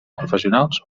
professionals